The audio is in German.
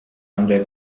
handel